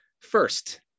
First